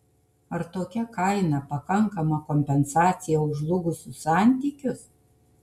ar tokia kaina pakankama kompensacija už žlugusius santykius